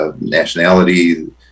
nationality